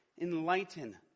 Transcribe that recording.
Enlighten